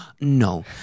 No